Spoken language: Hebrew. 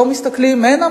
לא מסתכלים הנה,